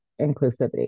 inclusivity